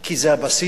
כי זה הבסיס,